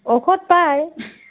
ঔষধ পায়